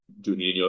Juninho